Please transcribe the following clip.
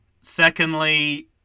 Secondly